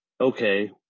okay